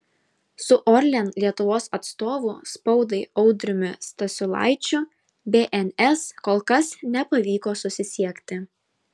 su orlen lietuvos atstovu spaudai audriumi stasiulaičiu bns kol kas nepavyko susisiekti